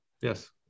Yes